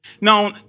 Now